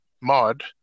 mod